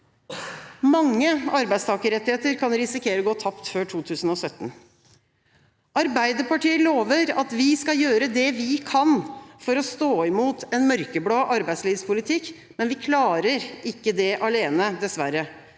Mange arbeidstakerrettigheter kan risikere å gå tapt før 2017. Vi i Arbeiderpartiet lover at vi skal gjøre det vi kan for å stå imot en mørkeblå arbeidslivspolitikk, men vi klarer det ikke alene, dessverre.